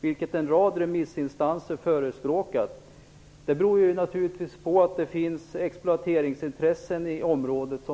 vilket en rad remissinstanser förespråkade, beror naturligtvis på att det finns exploateringsintressen i området.